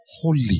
Holy